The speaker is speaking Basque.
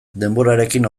denborarekin